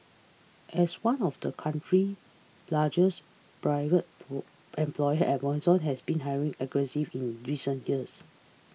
as one of the country largest private employer Amazon has been hiring aggressive in recent years